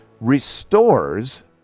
restores